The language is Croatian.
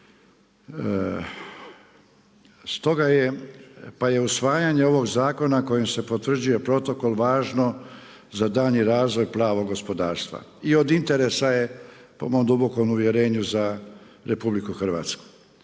pa je usvajanje ovoga zaklona kojim se potvrđuje protokol važno za daljnji razvoj plavog gospodarstva i od interesa je po mom dubokom uvjerenju za RH. Naime, protokol